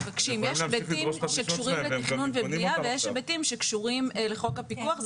יש היבטים שקשורים לתכנון ובנייה ויש היבטים שקשורים לחוק הפיקוח.